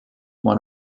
one